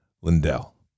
Lindell